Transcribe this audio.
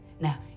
Now